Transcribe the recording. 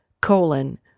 colon